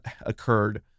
occurred